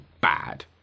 bad